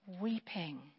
weeping